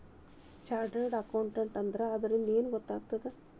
Chartered accountant ಆದ್ರ ಅದರಿಂದಾ ಏನ್ ಆಗ್ತದ?